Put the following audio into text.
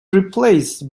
replaced